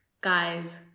Guys